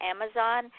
Amazon